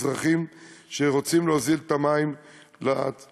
אזרחים שרוצים להוזיל את המים לצרכנים,